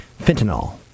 Fentanyl